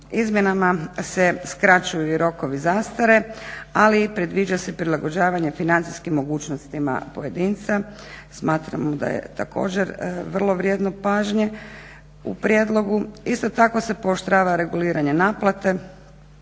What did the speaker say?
Izmjenama se skraćuju i rokovi zastare, ali i predviđa se prilagođavanje financijskim mogućnostima pojedincima. Smatramo da je također vrlo vrijedno pažnje u prijedlogu. Isto tako se pooštrava reguliranje naplate